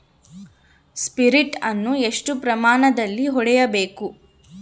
Sprint ಅನ್ನು ಎಷ್ಟು ಪ್ರಮಾಣದಲ್ಲಿ ಹೊಡೆಯಬೇಕು?